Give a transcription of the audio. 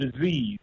disease